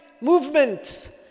movement